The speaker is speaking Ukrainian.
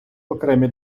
окремі